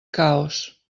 caos